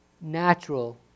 natural